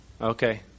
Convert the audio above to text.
Okay